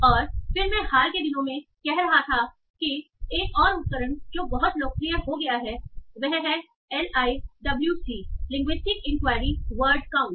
और फिर मैं हाल के दिनों में कह रहा था कि एक और उपकरण जो बहुत लोकप्रिय हो गया है वह है L I W C tool linguistic inquiry word count